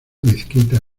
mezquita